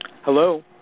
Hello